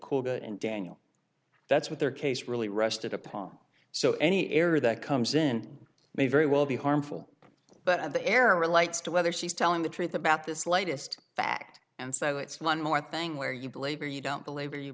good and daniel that's what their case really rested upon so any error that comes in may very well be harmful but of the air relates to whether she's telling the truth about this latest fact and so it's one more thing where you believe or you don't belabor you